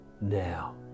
now